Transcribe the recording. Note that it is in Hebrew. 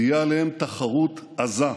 תהיה עליהם תחרות עזה.